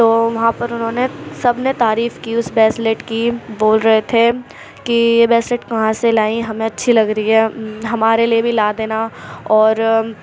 تو وہاں پر انہوں نے سب نے تعریف کی اس بریسلیٹ کی بول رہے تھے کہ یہ بیسلیٹ کہاں سے لائی ہمیں اچھی لگ رہی ہے ہمارے لیے بھی لا دینا اور